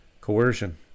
coercion